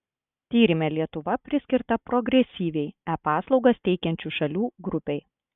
tyrime lietuva priskirta progresyviai e paslaugas teikiančių šalių grupei